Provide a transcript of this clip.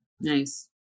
Nice